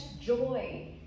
joy